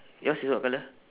yours is what colour